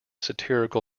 satirical